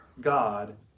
God